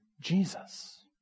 Jesus